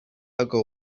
ago